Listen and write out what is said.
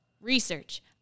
research